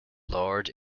lord